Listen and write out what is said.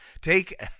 take